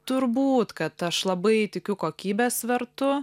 turbūt kad aš labai tikiu kokybės svertu